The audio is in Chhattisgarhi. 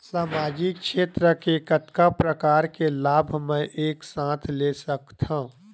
सामाजिक क्षेत्र के कतका प्रकार के लाभ मै एक साथ ले सकथव?